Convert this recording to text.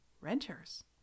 Renters